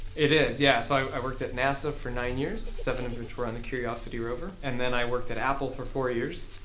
it is, yeah. so, i worked at nasa for nine years. seven of the tour on the curiosity rover. and then i worked at apple for four years,